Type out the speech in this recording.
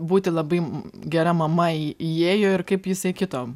būti labai gera mama įėjo ir kaip jisai kito